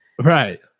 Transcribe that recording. Right